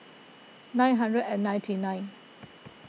nine hundred and ninety nine